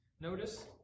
Notice